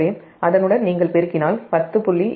எனவே அதனுடன் நீங்கள் பெருக்கினால் 10